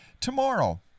Tomorrow